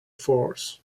force